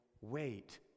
wait